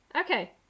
Okay